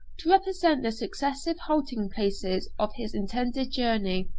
to represent the successive halting-places of his intended journey,